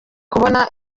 kubona